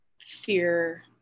fear